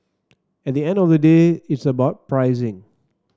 at the end of the day it's about pricing